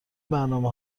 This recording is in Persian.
برنامه